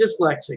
dyslexic